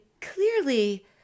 clearly